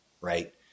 right